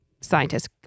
scientists